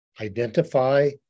identify